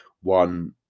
One